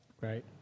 Right